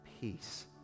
peace